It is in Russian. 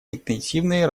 интенсивные